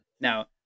Now